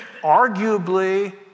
Arguably